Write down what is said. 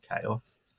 chaos